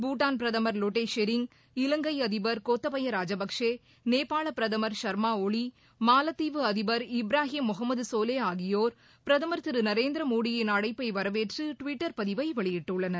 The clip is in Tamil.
பூட்டான் பிரதமர் லோட்டே ஷெரிங் இலங்கை அதிபர் கோத்தபய ராஜபக்சே நேபாள பிரதமர் சர்மாஒளி மாலத்தீவு அதிபர் இப்ராஹிம் முகமது சோலே ஆகியோர் பிரதமர் திரு நரேந்திரமோடியின் அழைப்பை வரவேற்று டுவிட்டர் பதிவை வெளியிட்டுள்ளனர்